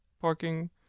parking